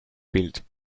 built